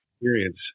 experience